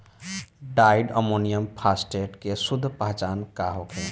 Di ammonium phosphate के शुद्ध पहचान का होखे?